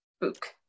book